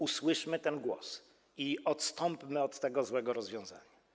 Usłyszmy ten głos i odstąpmy od tego złego rozwiązania.